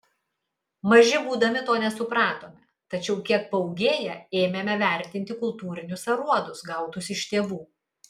maži būdami to nesupratome tačiau kiek paūgėję ėmėme vertinti kultūrinius aruodus gautus iš tėvų